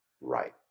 right